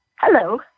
Hello